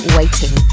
Waiting